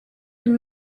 and